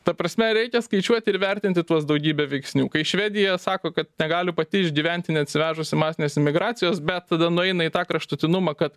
ta prasme reikia skaičiuoti ir vertinti tuos daugybę veiksnių kai švedija sako kad negali pati išgyventi neatsivežusi masinės imigracijos bet tada nueina į tą kraštutinumą kad